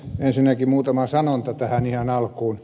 ensinnäkin muutama sanonta tähän ihan alkuun